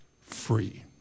free